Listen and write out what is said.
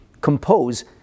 compose